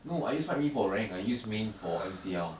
no I use fight me for rank I use main for M_C_L